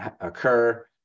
occur